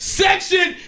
section